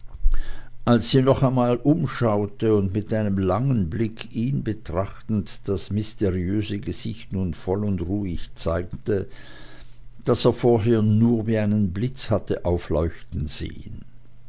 als sie nochmals umschaute und mit einem langen blick ihn betrachtend das mysteriöse gesicht nun voll und ruhig zeigte das er vorhin nur wie einen blitz hatte aufleuchten gesehen